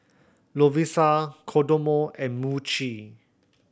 Lovisa Kodomo and Muji